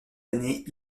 années